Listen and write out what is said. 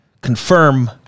confirm